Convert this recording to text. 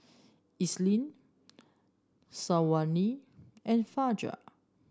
Isnin Syazwani and Fajar